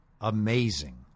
amazing